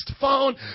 phone